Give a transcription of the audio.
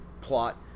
plot